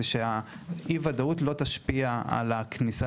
זה שהאי-ודאות לא תשפיע על הכניסה